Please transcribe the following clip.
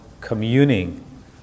communing